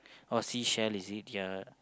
or sea shell is it ya